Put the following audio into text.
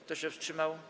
Kto się wstrzymał?